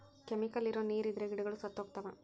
chemical ಇರೋ ನೀರ್ ಇದ್ರೆ ಗಿಡಗಳು ಸತ್ತೋಗ್ತವ